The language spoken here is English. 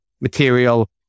material